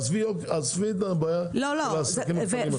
עזבי את בעיית העסקים הקטנים עכשיו.